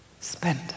Spent